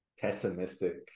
pessimistic